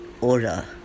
aura